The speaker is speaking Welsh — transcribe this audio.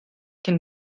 cyn